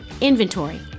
inventory